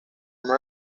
uno